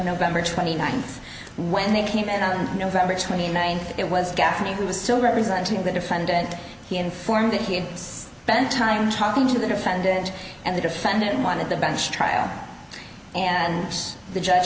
nov twenty ninth when they came in on november twenty ninth it was gaffney who was still representing the defendant he informed that he had spent time talking to the defendant and the defendant wanted the bench trial and the judge